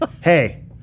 hey